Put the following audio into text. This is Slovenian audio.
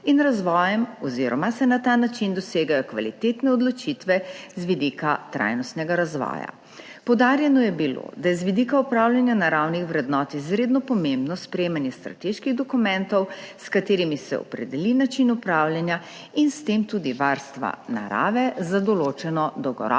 in razvojem oziroma se na ta način dosegajo kvalitetne odločitve z vidika trajnostnega razvoja. Poudarjeno je bilo, da je z vidika upravljanja naravnih vrednot izredno pomembno sprejemanje strateških dokumentov, s katerimi se opredeli način upravljanja in s tem tudi varstva narave za določeno dolgoročno